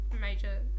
major